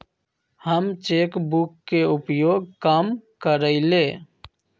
हम cheque book के उपयोग कम करइले